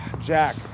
Jack